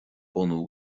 bunú